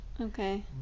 Okay